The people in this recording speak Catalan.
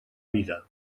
vida